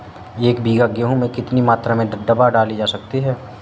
एक बीघा गेहूँ में कितनी मात्रा में दवा डाली जा सकती है?